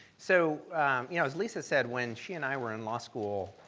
so you know as lisa said when she and i were in law school,